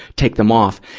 take them off,